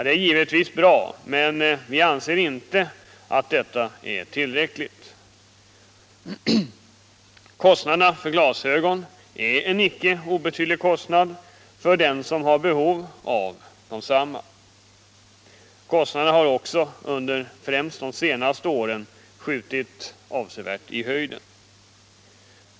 Det är givetvis bra, men vi anser att det är otillräckligt. Kostnaderna för glasögon är inte obetydliga och har inte minst under senare år skjutit i höjden.